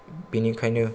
बिनिखायनो